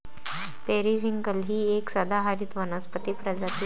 periwinkle ही एक सदाहरित वनस्पती प्रजाती आहे